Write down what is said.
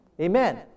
Amen